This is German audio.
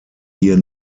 hier